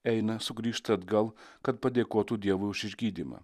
eina sugrįžta atgal kad padėkotų dievui už išgydymą